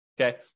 okay